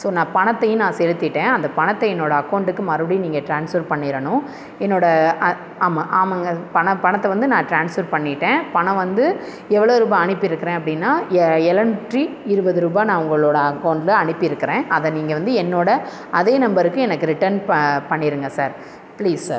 so நான் பணத்தையும் நான் செலுத்திட்டேன் அந்த பணத்தை என்னோடய அகௌண்ட்டுக்கு மறுபடியும் நீங்கள் ட்ரான்ஸ்ஃபெர் பண்ணிறணும் என்னோடய ஆமாம் ஆமாங்க பணம் பணத்தை வந்து நான் ட்ரான்ஸ்ஃபெர் பண்ணிட்டேன் பணம் வந்து எவ்வளோ ரூபா அனுப்பிருக்கிறேன் அப்படின்னா எ எழநூற்றி இருபது ரூபா நான் உங்களோடய அகௌண்டில் அனுப்பிருக்கிறேன் அதை நீங்கள் வந்து என்னோடய அதே நம்பருக்கு எனக்கு ரிட்டன் ப பண்ணிருங்க சார் ப்ளீஸ் சார்